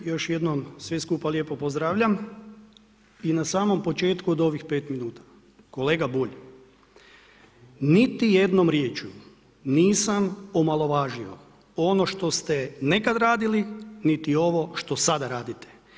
Još jednom sve skupa lijepo pozdravljam i na samom početku od ovih 5 minuta, kolega Bulj, niti jednom riječju nisam omalovažio ono što ste nekad radili, niti ovo što sada radite.